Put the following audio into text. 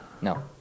No